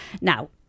now